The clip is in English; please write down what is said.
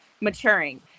maturing